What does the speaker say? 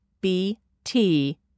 bt